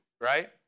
right